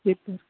இருக்குது